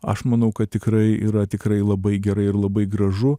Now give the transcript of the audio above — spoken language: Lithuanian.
aš manau kad tikrai yra tikrai labai gerai ir labai gražu